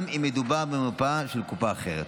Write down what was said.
גם אם מדובר במרפאה של קופה אחרת.